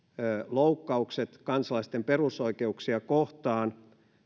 loukkaukset kansalaisten perusoikeuksia kohtaan